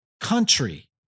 country